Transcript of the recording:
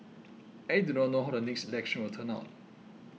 I do not know how the next election will turn out